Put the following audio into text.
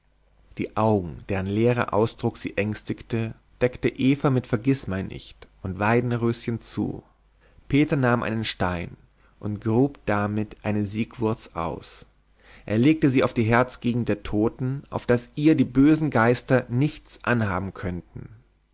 die augen deren leerer ausdruck sie ängstigte deckte eva mit vergißmeinnicht und weidenröschen zu peter nahm einen stein und grub damit eine siegwurz aus er legte sie auf die herzgegend der toten auf daß ihr die bösen geister nichts anhaben könnten